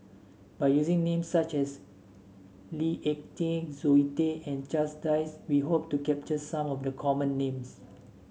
by using names such as Lee Ek Tieng Zoe Tay and Charles Dyce we hope to capture some of the common names